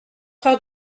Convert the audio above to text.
heures